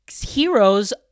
heroes